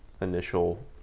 initial